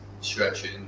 stretching